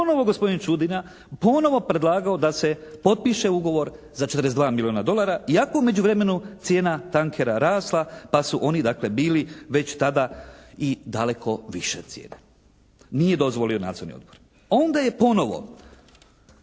ponovo gospodin Čudina ponovo predlagao da se potpiše ugovor za 42 milijuna dolara iako je u međuvremenu cijena tankera rasla pa su oni dakle bili već tada i daleko više cijene. Nije dozvolio nadzorni odbor.